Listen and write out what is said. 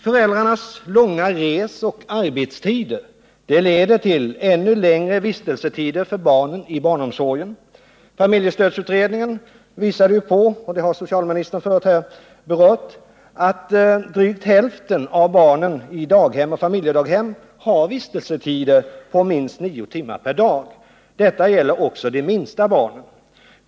Föräldrarnas långa resoch arbetstider leder till ännu längre vistelsetider för barnen i barnomsorgen. Familjestödsutredningen visade ju på — och det har socialministern förut här berört — att drygt hälften av barnen i daghem och familjedaghem har vistelsetider på minst nio timmar per dag. Detta gäller också de minsta barnen.